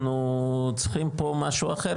אנחנו צריכים פה משהו אחר,